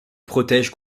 protègent